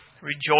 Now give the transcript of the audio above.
rejoice